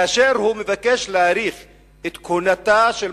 כאשר הוא מבקש להאריך את כהונתה של